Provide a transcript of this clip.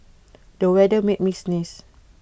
the weather made me sneeze